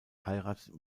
heiratet